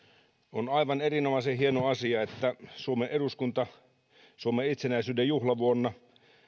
on aivan erinomaisen hieno asia että suomen eduskunta suomen itsenäisyyden juhlavuonna